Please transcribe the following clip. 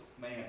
man